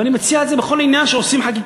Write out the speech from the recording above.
ואני מציע את זה בכל עניין של חקיקה,